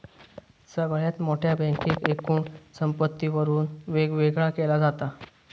सगळ्यात मोठ्या बँकेक एकूण संपत्तीवरून वेगवेगळा केला जाता